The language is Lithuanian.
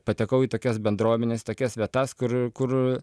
patekau į tokias bendruomenes tokias vietas kur kur